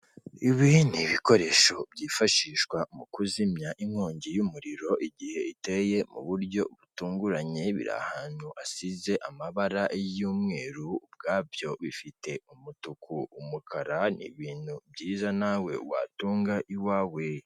Ibi ni ibikoresho byifashishwa mu kuzimya inkongi y'umuriro igihe iteye mu buryo butunguranye, biri ahantu hasize amabara y'umweru, ubwabyo bifite umutuku, umukara ni ibintu byiza nawe watunga iwawe.